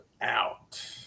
out